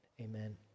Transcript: Amen